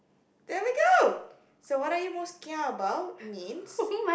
there we go so what are you most kia about means